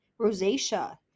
rosacea